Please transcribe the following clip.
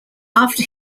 after